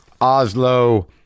Oslo